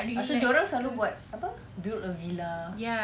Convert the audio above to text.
pasal dia orang selalu buat apa build a villa